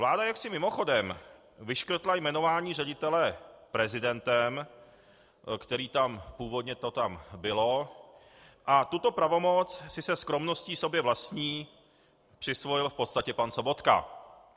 Vláda jaksi mimochodem vyškrtla jmenování ředitele prezidentem, původně to tam bylo, a tuto pravomoc si se skromností sobě vlastní přisvojil v podstatě pan Sobotka.